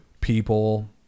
people